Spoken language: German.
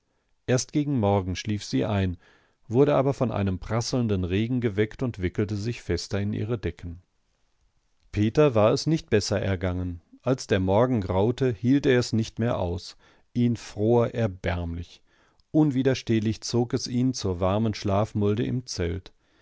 erst gegen morgen schlief sie ein wurde aber von einem prasselnden regen geweckt und wickelte sich fester in ihre decken peter war es nicht besser ergangen als der morgen graute hielt er es nicht mehr aus ihn fror erbärmlich unwiderstehlich zog es ihn zur warmen schlafmulde im zelt